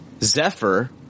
Zephyr